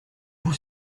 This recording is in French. vous